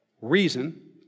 reason